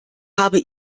habe